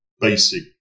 basic